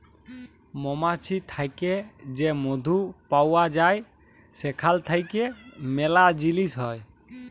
মমাছি থ্যাকে যে মধু পাউয়া যায় সেখাল থ্যাইকে ম্যালা জিলিস হ্যয়